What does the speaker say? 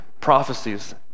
prophecies